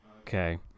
Okay